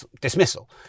dismissal